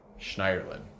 Schneiderlin